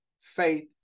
faith